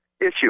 issue